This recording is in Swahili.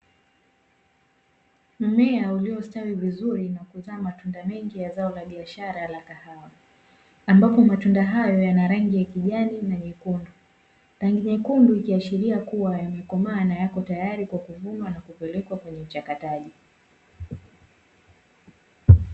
Mmea uliostawi vizuri na kuzaa matunda mengi ya zao la biashara la kahawa, ambapo matunda hayo yana rangi ya kijani na nyekundu; rangi nyekundu ikiashiria kuwa yamekomaa na yako tayari kwa kuvunwa na kupelekwa kwenye uchakataji.